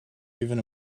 even